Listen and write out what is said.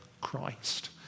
Christ